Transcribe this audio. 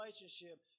relationship